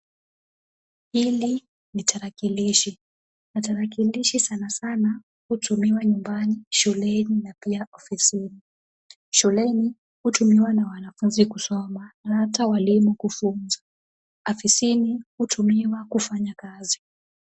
Hili ni tarakilishi na tarakilishi sana sana hutumiwa nyumbani, shuleni na pia ofisini, shuleni na wanafunzi kusoma na hata walimu kufunza, afisini hutumiwa kufanya kazi